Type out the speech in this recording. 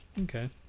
okay